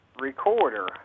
recorder